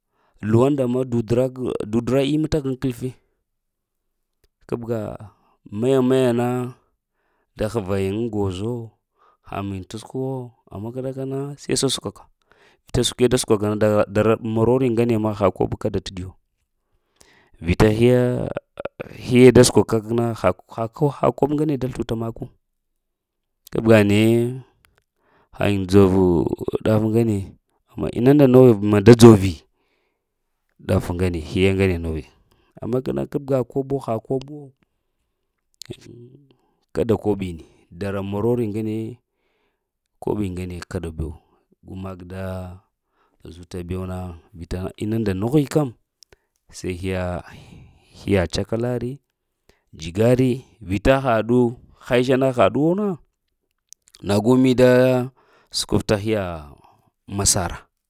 Luwu nda ma dudra g dudra in t haŋ kalpi, kabga mayna maya na t həva yiŋ ŋ gozo, ha miŋ t səko wo, amma k ɗakana na se səssukwa ka, vita səkwe da səkk aa dara marori ŋane na ha kobi kada ta diyu vita hiye hiye da səkwa g na ha ha ha kəɓo ŋane kəda t diyu vita hiya hiye da səkwa kagna ha ha ha koɓo ŋane da sluta maku kabga naye ha yiŋ dzoro ɗafu ngane. Ma inunda nughi ma dzovi ɗaf ŋane, hiya ŋane noghi. Amma k ɗakəna kabga koɓo ha koɓuwo kada koɓi ni, dara marori ŋani koɓi ŋane kada bewo go mak ɗa zuta be wu na vita inu nda noghi kəm se hiya, hiya cakalari, jigarii vita haɗu, həsha na haɗu na, nagu ini da səkw t hiya masara